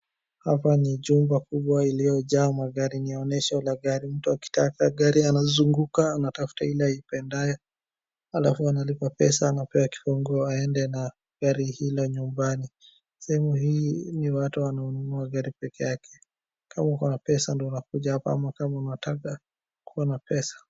Hapa ni juba kubwa lililo jaa magari. Ni onyesho la gari. Mtu akitaka gari anazunguka natafuta ile aipendayo alafu analipa pesa ana pewa kifunguo aende na gari hilo nyumbani. Sehemu hii ni watu wananunua gari peke yake. Kama uko na pesa ndio unakuja hapa kama unataka kuwa na pesa.